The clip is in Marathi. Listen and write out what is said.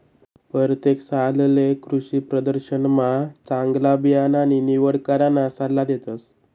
परतेक सालले कृषीप्रदर्शनमा चांगला बियाणानी निवड कराना सल्ला देतस